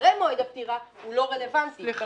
אחרי מועד הפטירה הוא לא רלוונטי.